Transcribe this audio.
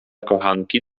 kochanki